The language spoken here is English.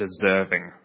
deserving